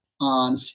on